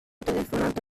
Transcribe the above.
telefonato